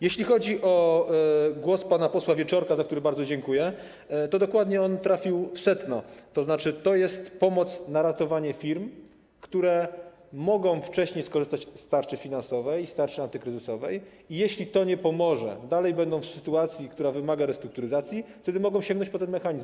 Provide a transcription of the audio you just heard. Jeśli chodzi o głos pana posła Wieczorka, za który bardzo dziękuję, to dokładnie trafił on w sedno, tzn. to jest pomoc na ratowanie firm, które mogą wcześniej skorzystać z tarczy finansowej i z tarczy antykryzysowej i jeśli to nie pomoże, i dalej będą w sytuacji, która wymaga restrukturyzacji, wtedy mogą sięgnąć po ten mechanizm.